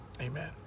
Amen